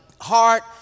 heart